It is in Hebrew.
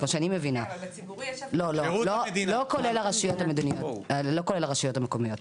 לא כולל הרשויות המקומיות.